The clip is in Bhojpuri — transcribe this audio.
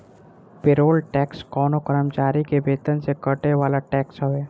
पेरोल टैक्स कवनो कर्मचारी के वेतन से कटे वाला टैक्स हवे